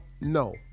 no